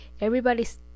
everybody's